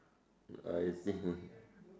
ah I see